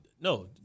no